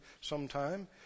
sometime